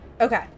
Okay